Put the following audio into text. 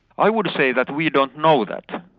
i would say that we don't know that.